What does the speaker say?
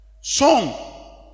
song